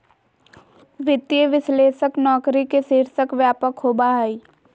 वित्तीय विश्लेषक नौकरी के शीर्षक व्यापक होबा हइ